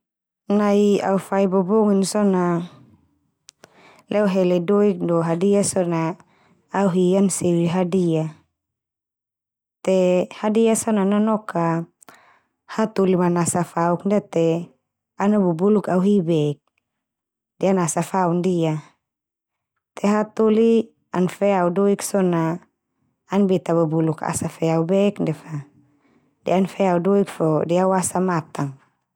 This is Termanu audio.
Nai au fai bobonging so, na leo hele doik do hadiah so na, au hi an seli hadiah. Te hadiah so na nonok ka hatoli man asa fauk ndia te ana bubuluk au hi bek, de an asa fau ndia. Te hatoli an fe au doik so na, an be ta bubuluk asa fe au bek ndia fa, de an fau doik fo de awasa matan.